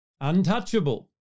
untouchable